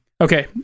Okay